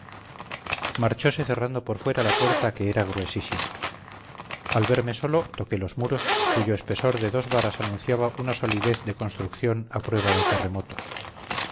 marchose cerrando por fuera la puerta que era gruesísima al verme solo toqué los muros cuyo espesor de dos varas anunciaba una solidez de construcción a prueba de terremotos